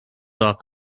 off